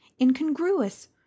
incongruous